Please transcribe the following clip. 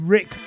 Rick